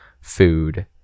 food